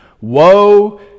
Woe